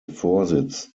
vorsitz